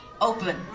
open